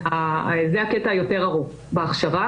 וזה הקטע היותר ארוך בהכשרה.